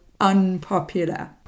unpopular